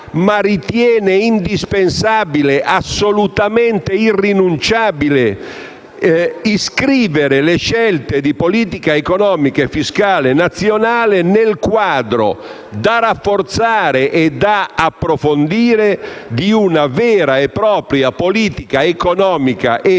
ma ritiene indispensabile e assolutamente irrinunciabile iscrivere le scelte di politica economica e fiscale nazionale nel quadro, da rafforzare e da approfondire, di una vera e propria politica economica e fiscale